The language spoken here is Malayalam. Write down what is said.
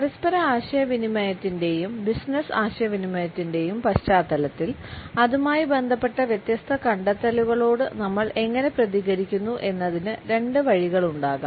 പരസ്പര ആശയവിനിമയത്തിൻറെയും ബിസിനസ് ആശയവിനിമയത്തിന്റെയും പശ്ചാത്തലത്തിൽ അതുമായി ബന്ധപ്പെട്ട വ്യത്യസ്ത കണ്ടെത്തലുകളോട് നമ്മൾ എങ്ങനെ പ്രതികരിക്കുന്നു എന്നതിന് രണ്ട് വഴികളുണ്ടാകാം